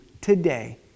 today